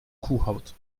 kuhhaut